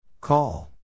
Call